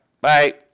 Bye